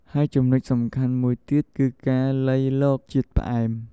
ហើយចំណុចសំខាន់មួយទៀតគឺការលៃលកជាតិផ្អែម។